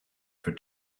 for